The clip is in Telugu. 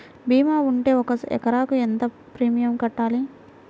భీమా ఉంటే ఒక ఎకరాకు ఎంత ప్రీమియం కట్టాలి?